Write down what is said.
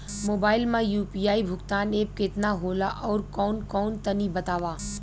Mobile म UPI भुगतान app केतना होला आउरकौन कौन तनि बतावा?